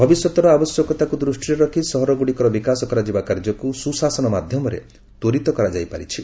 ଭବିଷ୍ୟତର ଆବଶ୍ୟକତାକୁ ଦୃଷ୍ଟିରେ ରଖି ସହରଗୁଡ଼ିକର ବିକାଶ କରାଯିବା କାର୍ଯ୍ୟକୁ ସୁଶାସନ ମାଧ୍ୟମରେ ତ୍ୱରିତ କରାଯାଇପାରିଛି